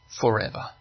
forever